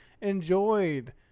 enjoyed